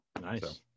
Nice